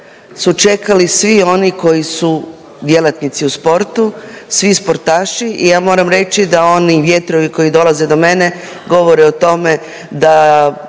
su čekali svi oni koji su djelatnici u sportu, svi sportaši i ja moram reći da oni vjetrovi koji dolaze do mene govore o tome da